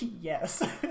yes